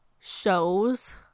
shows